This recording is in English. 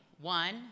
One